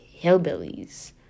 hillbillies